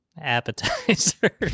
Appetizer